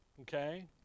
Okay